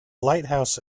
lighthouse